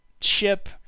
ship